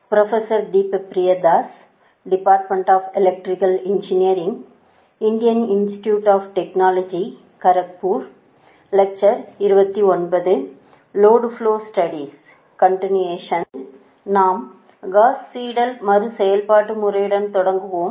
பிறகு நாம் Gauss Seidel மறு செயல்பாட்டு முறையுடன் தொடங்குவோம்